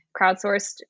crowdsourced